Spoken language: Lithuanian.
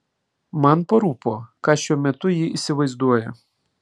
man parūpo ką šiuo metu ji įsivaizduoja